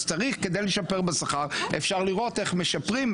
אז צריך כדי לשפר בשכר אפשר לראות איך משפרים,